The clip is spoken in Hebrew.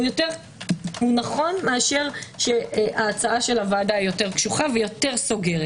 הוא יותר נכון מאשר ההצעה של הוועדה יותר קשוחה וסוגרת.